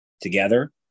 together